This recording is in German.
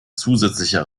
zusätzlicher